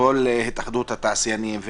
התאחדות התעשיינים,